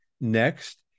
Next